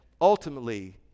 ultimately